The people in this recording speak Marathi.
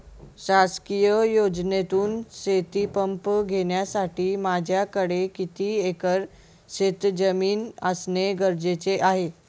शासकीय योजनेतून शेतीपंप घेण्यासाठी माझ्याकडे किती एकर शेतजमीन असणे गरजेचे आहे?